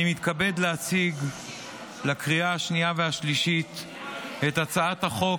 אני מתכבד להציג לקריאה השנייה והשלישית את הצעת חוק